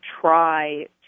try